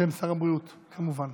בשם שר הבריאות, כמובן.